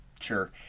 Sure